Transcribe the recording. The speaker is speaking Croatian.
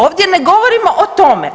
Ovdje ne govorimo o tome.